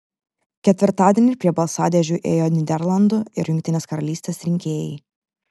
ketvirtadienį prie balsadėžių ėjo nyderlandų ir jungtinės karalystės rinkėjai